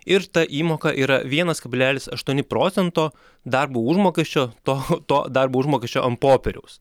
ir ta įmoka yra vienas kablelis aštuoni procento darbo užmokesčio to to darbo užmokesčio ant popieriaus